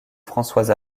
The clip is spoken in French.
françoise